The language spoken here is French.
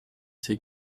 ses